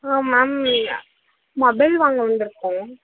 ஆ ma'am இங்கே mobile வாங்க வந்துயிருக்கோம்